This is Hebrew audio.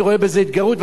אני רואה בזה התגרות,